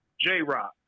J-Rock